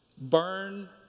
Burn